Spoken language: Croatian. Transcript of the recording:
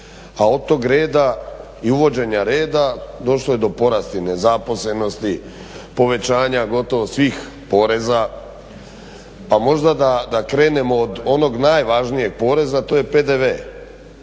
a od tog reda i uvođenja reda došlo je do porasti nezaposlenosti, povećanja gotovo svih poreza, a možda da krenemo od onog najvažnijeg poreza, a to je PDV